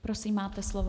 Prosím, máte slovo.